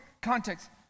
context